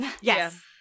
Yes